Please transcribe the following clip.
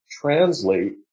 translate